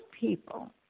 people